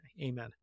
Amen